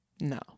No